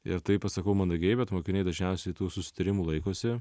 ir tai pasakau mandagiai bet mokiniai dažniausiai tų susitarimų laikosi